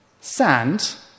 sand